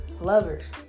lovers